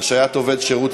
(השעיית עובד שירות),